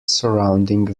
surrounding